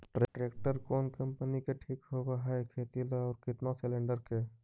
Tractor कोन company के ठीक होब है खेती ल औ केतना सलेणडर के?